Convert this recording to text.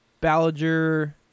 Ballinger